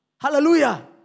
Hallelujah